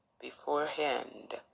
beforehand